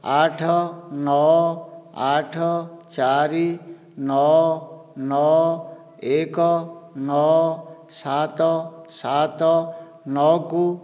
ଆଠ ନଅ ଆଠ ଚାରି ନଅ ନଅ ଏକ ନଅ ସାତ ସାତ ନଅକୁ